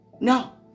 No